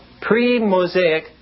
pre-Mosaic